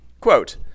Quote